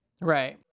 Right